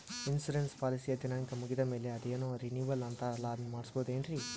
Insurance ಪಾಲಿಸಿಯ ದಿನಾಂಕ ಮುಗಿದ ಮೇಲೆ ಅದೇನೋ ರಿನೀವಲ್ ಅಂತಾರಲ್ಲ ಅದನ್ನು ಮಾಡಿಸಬಹುದೇನ್ರಿ?